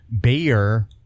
bayer